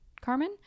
Carmen